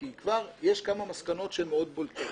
כי כבר יש כמה מסקנות מאוד בולטות,